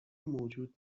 موجود